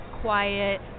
quiet